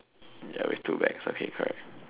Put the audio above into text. ya with two bags okay correct